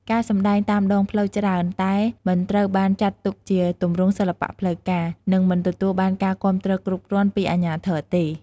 ការសម្ដែងតាមដងផ្លូវច្រើនតែមិនត្រូវបានចាត់ទុកជាទម្រង់សិល្បៈផ្លូវការ និងមិនទទួលបានការគាំទ្រគ្រប់គ្រាន់ពីអាជ្ញាធរទេ។